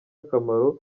akamaro